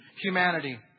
humanity